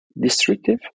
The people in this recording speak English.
destructive